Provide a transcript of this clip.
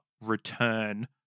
return